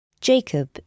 Jacob